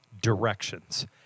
directions